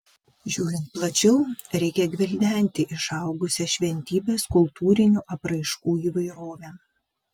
žiūrint plačiau reikia gvildenti išaugusią šventybės kultūrinių apraiškų įvairovę